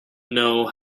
know